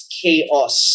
chaos